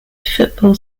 football